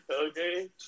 Okay